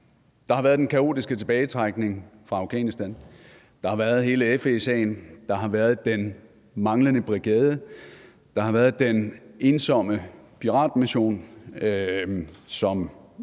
Der har været den kaotiske tilbagetrækning fra Afghanistan; der har været hele FE-sagen; der har været den manglende brigade; der har været den ensomme piratmission, hvor